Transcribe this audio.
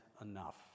enough